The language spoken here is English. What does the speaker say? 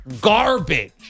garbage